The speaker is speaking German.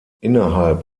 innerhalb